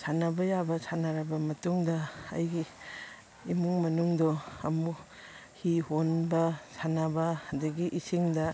ꯁꯥꯟꯅꯕ ꯌꯥꯕ ꯁꯥꯟꯅꯔꯕ ꯃꯇꯨꯡꯗ ꯑꯩꯒꯤ ꯏꯃꯨꯡ ꯃꯅꯨꯡꯗꯣ ꯑꯃꯨꯛ ꯍꯤ ꯍꯣꯟꯕ ꯁꯥꯟꯅꯕ ꯑꯗꯒꯤ ꯏꯁꯤꯡꯗ